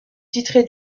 titré